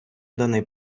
даний